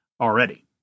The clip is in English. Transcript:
already